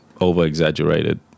over-exaggerated